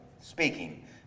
speaking